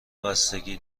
بستگی